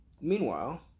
meanwhile